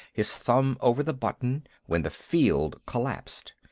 his thumb over the button, when the field collapsed.